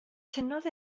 tynnodd